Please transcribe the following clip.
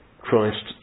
Christ